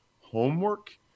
homework